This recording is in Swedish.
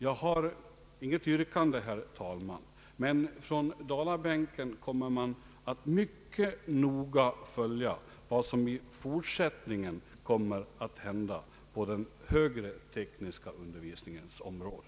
Jag har inget yrkande, herr talman, men från Dalabänken kommer man att mycket noga följa vad som i fortsättningen händer på den högre tekniska undervisningens område.